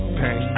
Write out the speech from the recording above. pain